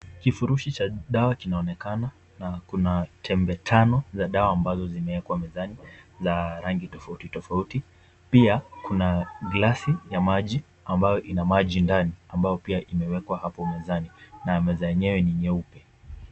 Kifurushi cha dawa kinaonekana na kuna tembe tano za dawa ambazo zimewekwa mezani za rangi tofauti tofauti pia kuna glasi ya maji ambayo ina maji ndani ambayo pia imewekwa hapo mezani na meza yenyewe ni nyeupe.